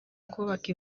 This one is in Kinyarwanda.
kubaka